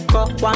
One